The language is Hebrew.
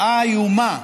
איומה.